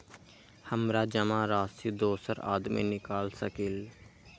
हमरा जमा राशि दोसर आदमी निकाल सकील?